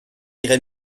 irait